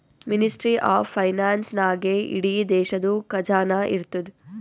ministry of finance ನಾಗೇ ಇಡೀ ದೇಶದು ಖಜಾನಾ ಇರ್ತುದ್